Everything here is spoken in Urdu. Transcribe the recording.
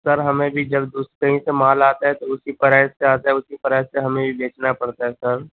سر ہمیں بھی جلد اُس پہ سے مال آتا ہے تو اُسی پرائز سے آتا ہے اُسی پرائز پہ ہمیں بھی بیچنا پڑتا ہے سر